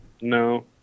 No